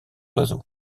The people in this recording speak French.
oiseaux